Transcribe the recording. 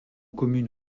commune